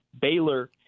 Baylor